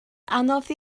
anodd